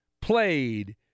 played